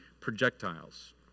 projectiles